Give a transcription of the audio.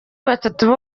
batatu